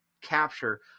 capture